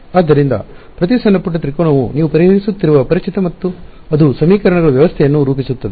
ಆದ್ದರಿಂದ ಪ್ರತಿ ಸಣ್ಣ ಪುಟ್ಟ ತ್ರಿಕೋನವು ನೀವು ಪರಿಹರಿಸುತ್ತಿರುವ ಅಪರಿಚಿತ ಮತ್ತು ಅದು ಸಮೀಕರಣಗಳ ವ್ಯವಸ್ಥೆಯನ್ನು ರೂಪಿಸುತ್ತದೆ